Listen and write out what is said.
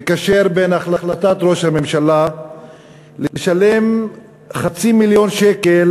מקשר בין החלטת ראש הממשלה לשלם חצי מיליון שקל